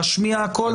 להשמיע הכל,